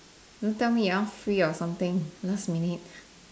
don't tell me you not free or something last minute